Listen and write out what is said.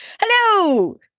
Hello